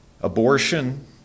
abortion